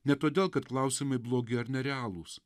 ne todėl kad klausimai blogi ar nerealūs